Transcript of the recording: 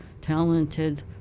talented